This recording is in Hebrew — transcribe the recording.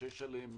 שיש עליהם